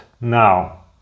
now